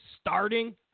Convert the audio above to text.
starting